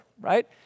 right